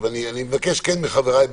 אני מבקש מחבריי,